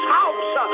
house